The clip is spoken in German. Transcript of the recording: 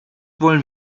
wollen